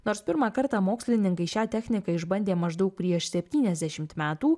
nors pirmą kartą mokslininkai šią techniką išbandė maždaug prieš septyniasdešimt metų